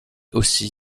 aussi